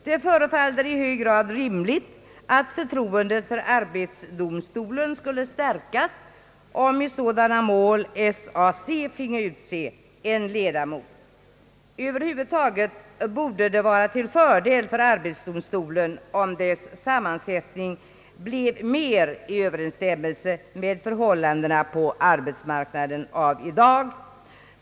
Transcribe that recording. Det förefaller i hög grad rimligt att förtroendet för arbetsdomstolen skulle stärkas om i sådana mål SAC finge utse en ledamot. över huvud taget borde det vara till fördel för arbetsdomstolen om dess sammansättning blev mer i överensstämmelse med förhållandena på arbetsmarknaden av i dag.